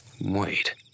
Wait